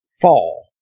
fall